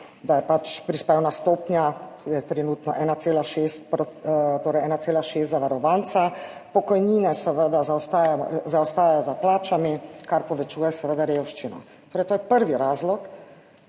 da je pač prispevna stopnja je trenutno 1,6 zavarovanca, pokojnine seveda zaostajajo za plačami, kar povečuje seveda revščino. Torej to je prvi razlog,